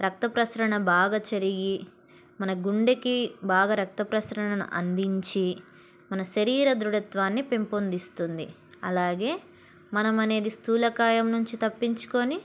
రక్త ప్రసరణ బాగా చరిగి మన గుండెకి బాగా రక్త ప్రసరణను అందించి మన శరీర దృఢత్వాన్ని పెంపొందిస్తుంది అలాగే మనం అనేది స్థూలకాయం నుంచి తప్పించుకొని